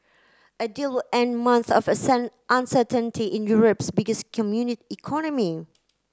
a deal would end months of uncertainty in Europe's biggest economy